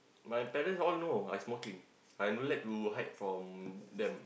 my parents all know I smoking I don't like to hide from them